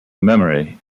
memory